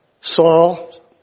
Saul